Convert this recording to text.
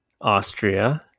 Austria